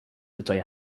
between